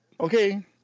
Okay